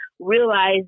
Realize